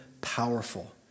powerful